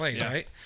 right